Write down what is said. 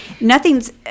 nothing's